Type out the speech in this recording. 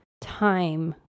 time